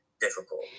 difficult